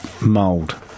mold